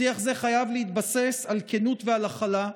שיח זה חייב להתבסס על כנות ועל הכלה,